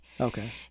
okay